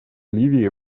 ливии